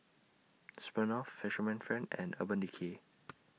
Smirnoff Fisherman's Friend and Urban Decay